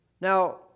Now